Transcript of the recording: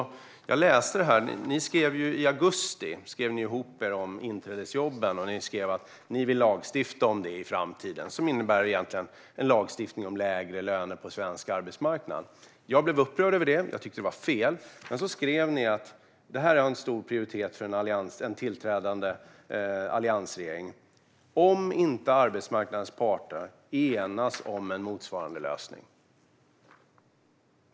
I augusti skrev ni ihop er om inträdesjobben. Ni skrev att ni vill lagstifta om detta i framtiden, vilket egentligen innebär en lagstiftning om lägre löner på svensk arbetsmarknad. Jag blev upprörd över detta och tyckte att det var fel. Ni skrev också att detta är en stor prioritet för en tillträdande alliansregering, om inte arbetsmarknadens parter enas om en motsvarande lösning.